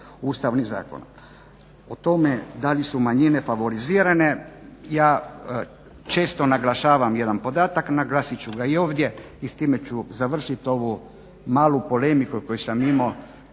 ustavni zakon. O tome da li su manjine favorizirane ja često naglašavam jedan podatak, naglasit ću ga i ovdje i s time ću završit ovu malu polemiku koju sam imao,